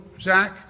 Zach